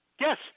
yes